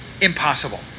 impossible